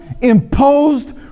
imposed